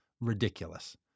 Ridiculous